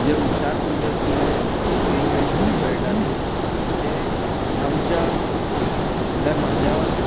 जे हुशार भुरगे आसले जांकां इंग्लीश बरी कळटाली ते आमच्या म्हणल्यार म्हज्या